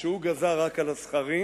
שהוא גזר רק על הזכרים,